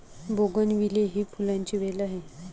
bougainvillea ही फुलांची वेल आहे